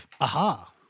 Aha